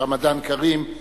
רמדאן כרים,